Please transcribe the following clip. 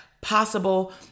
possible